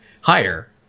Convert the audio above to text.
higher